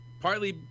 partly